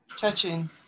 touching